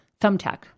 thumbtack